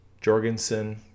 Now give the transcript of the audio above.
jorgensen